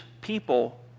people